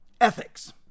ethics